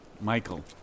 Michael